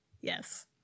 Yes